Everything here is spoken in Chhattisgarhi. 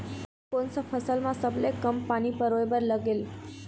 कोन सा फसल मा सबले कम पानी परोए बर लगेल?